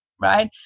right